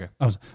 Okay